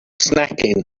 snacking